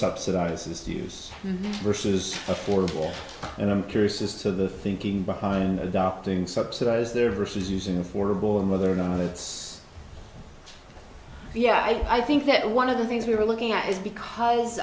subsidizes to use versus affordable and i'm curious as to the thinking behind adopting subsidize there versus using affordable and whether or not it's yeah i think that one of the things we're looking at is